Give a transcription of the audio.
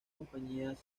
compañías